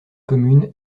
commune